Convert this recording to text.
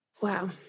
Wow